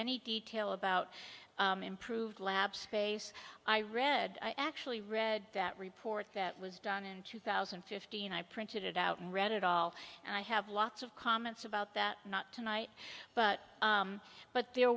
any detail about improved lab space i read i actually read that report that was done in two thousand and fifty and i printed it out and read it all and i have lots of comments about that not tonight but but the